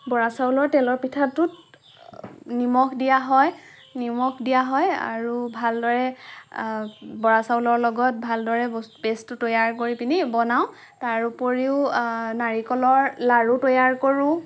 বৰা চাউলৰ তেলৰ পিঠাটোত নিমখ দিয়া হয় নিমখ দিয়া হয় আৰু ভালদৰে বৰা চাউলৰ লগত ভালদৰে বস্তু পেষ্টটো তৈয়াৰ কৰি পিনি বনাওঁ তাৰ উপৰিও নাৰিকলৰ লাৰু তৈয়াৰ কৰোঁ